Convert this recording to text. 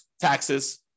taxes